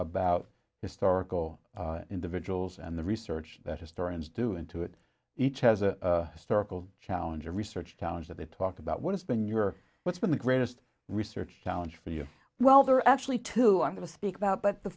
about historical individuals and the research that historians do into it each has a historical challenge or research challenge that they talk about what has been your what's been the greatest research challenge for you well there are actually two i'm going to speak about but the